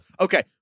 Okay